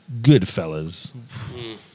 Goodfellas